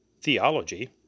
theology